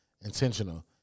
intentional